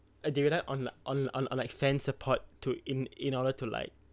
uh dependant on like on on like fan support to in in order to like